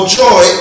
joy